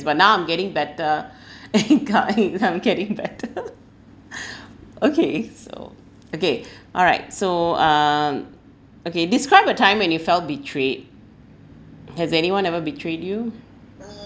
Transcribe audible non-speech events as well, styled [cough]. but now I'm getting better [laughs] and co~ and becoming getting better [laughs] okay so okay [breath] alright so um okay describe a time when you felt betrayed has anyone ever betrayed you